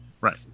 Right